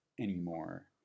anymore